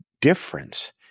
difference